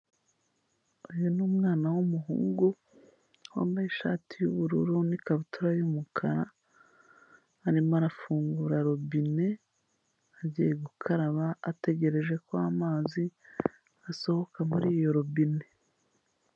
Uyu ni umwana w'umuhungu wambaye ishati y'ubururu n'ikabutura y'umukara, arimo arafungura robine agiye gukaraba, ategereje ko amazi asohoka muri yo robine.